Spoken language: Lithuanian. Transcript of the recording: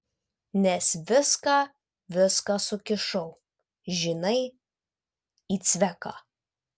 nes viską viską sukišau žinai į cveką